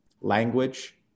language